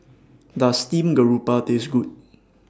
Does Steamed Garoupa Taste Good